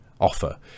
offer